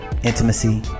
Intimacy